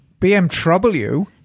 BMW